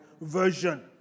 Version